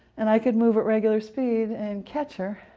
and i could move at regular speed, and catch her,